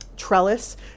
trellis